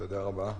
תודה רבה.